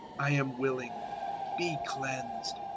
i am willing be cleansed.